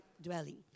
dwelling